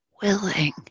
Willing